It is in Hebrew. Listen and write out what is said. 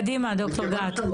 קדימה ד"ר גת.